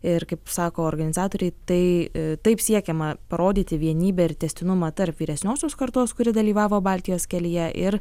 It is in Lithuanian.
ir kaip sako organizatoriai tai taip siekiama parodyti vienybę ir tęstinumą tarp vyresniosios kartos kuri dalyvavo baltijos kelyje ir